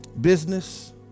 business